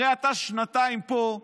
הרי אתה שנתיים פה,